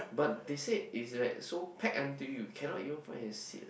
but they say it's like so packed until you cannot even find a seat eh